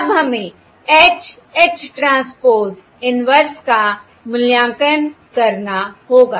अब हमें H H transpose inverse का मूल्यांकन करना होगा